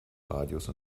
radius